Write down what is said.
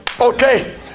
okay